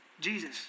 Jesus